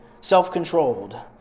self-controlled